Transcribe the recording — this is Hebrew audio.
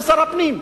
זה שר הפנים.